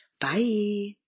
Bye